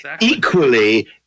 Equally